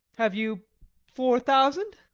have you four thousand?